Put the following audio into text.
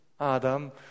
Adam